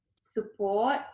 support